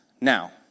Now